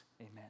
Amen